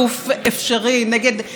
נגד כל מוסדות המדינה,